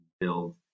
build